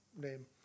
name